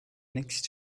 next